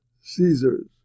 Caesars